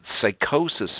psychosis